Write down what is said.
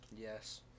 Yes